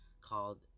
called